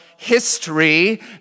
history